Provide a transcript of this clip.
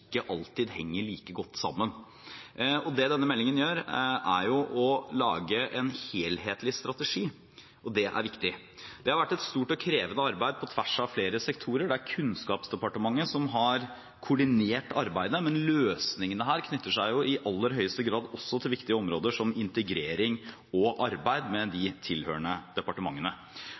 ikke alltid henger like godt sammen. Det denne meldingen gjør, er å lage en helhetlig strategi, og det er viktig. Det har vært et stort og krevende arbeid på tvers av flere sektorer. Det er Kunnskapsdepartementet som har koordinert arbeidet, men løsningene her knytter seg i aller høyeste grad også til viktige områder som integrering og arbeid, med de tilhørende departementene.